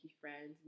friends